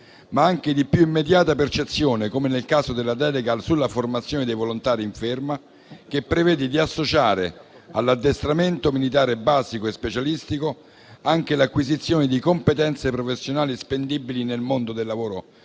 ma anche di più immediata percezione, come nel caso della delega sulla formazione dei volontari in ferma, che prevede di associare all'addestramento militare basico e specialistico anche l'acquisizione di competenze professionali spendibili nel mondo del lavoro